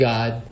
God